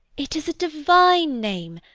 it is a divine name.